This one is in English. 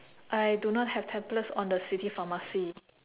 I do not have tablets on the city pharmacy